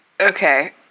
okay